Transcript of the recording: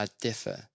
differ